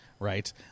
right